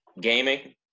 gaming